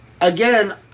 again